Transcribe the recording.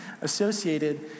associated